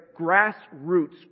grassroots